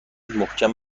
محکم